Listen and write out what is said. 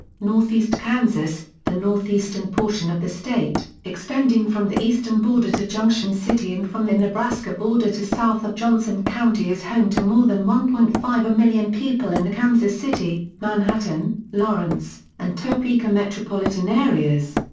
northeast kansas the northeastern portion of the state, extending from the eastern border to junction city and from the nebraska border to south of johnson county is home to more than one point five million people in the kansas city, manhattan, lawrence and topeka metropolitan areas.